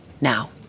Now